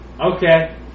Okay